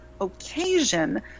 occasion